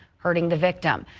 hurting the victim.